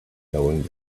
knowing